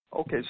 Okay